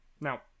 Now